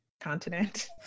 continent